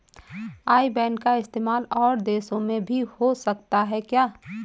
आई ban का इस्तेमाल और देशों में भी हो सकता है क्या?